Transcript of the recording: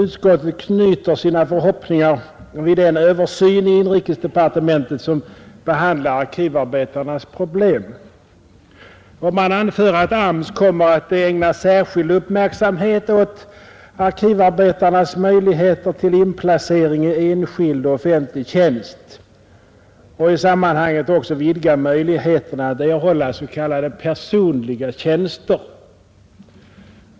Utskottet knyter sina förhoppningar till den översyn i inrikesdepartementet som behandlar arkivarbetarnas problem. Man anför att AMS kommer att ägna särskild uppmärksamhet åt arkivarbetarnas möjligheter till inplacering i enskild och offentlig tjänst och vidga möjligheterna för dem att erhålla s.k. personliga tjänster.